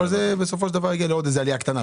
אבל זה בסופו של דבר יגיע לעוד איזה עלייה קטנה,